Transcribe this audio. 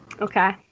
Okay